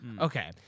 Okay